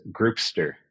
Groupster